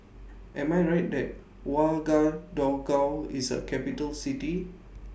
Am I Right that Ouagadougou IS A Capital City